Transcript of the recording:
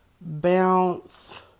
Bounce